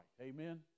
Amen